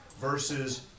versus